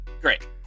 Great